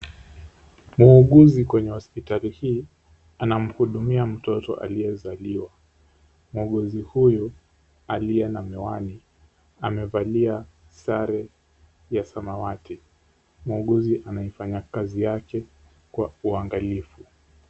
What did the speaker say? Muuguzi kwenye hospitali hii anamhudumia mtoto aliyezaliwa. Muuguzi huyu aliye na miwani, amevalia sare ya samawati. Muuguzi anaifanya kazi yake kwa uangalifu.